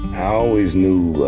i always knew,